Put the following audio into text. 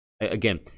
Again